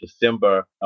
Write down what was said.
December